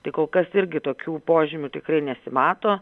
tai kol kas irgi tokių požymių tikrai nesimato